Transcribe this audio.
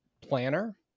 planner